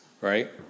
right